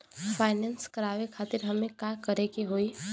Finance करावे खातिर हमें का करे के होई?